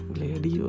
lady